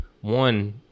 one